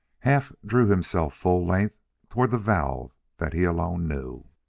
half drew himself full length toward the valve that he alone knew.